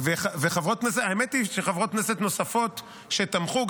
האמת היא שחברות כנסת נוספות שתמכו,